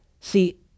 See